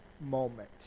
moment